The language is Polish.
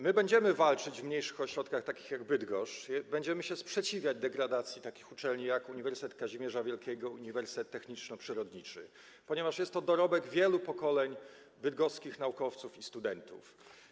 My będziemy walczyć w mniejszych ośrodkach, takich jak Bydgoszcz, będziemy się sprzeciwiać degradacji takich uczelni jak Uniwersytet Kazimierza Wielkiego, Uniwersytet Techniczno-Przyrodniczy, ponieważ jest to dorobek wielu pokoleń bydgoskich naukowców i studentów.